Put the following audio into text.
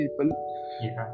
people